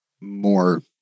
more